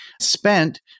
spent